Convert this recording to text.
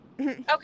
okay